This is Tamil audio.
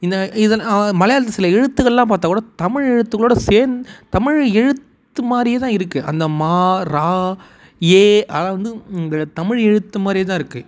இந்த இதை மலையாளத்தில் சில எழுத்துகள்லாம் பார்த்தாக்கூட தமிழ் எழுத்துகளோடய சேந் தமிழ் எழுத்து மாதிரியேதான் இருக்குது அந்த மா ரா ஏ அதெல்லாம் வந்து இந்த தமிழ் எழுத்துமாதிரியேதான் இருக்குது